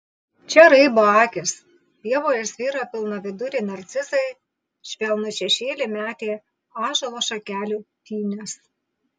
čia raibo akys pievoje sviro pilnaviduriai narcizai švelnų šešėlį metė ąžuolo šakelių pynės